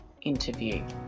interview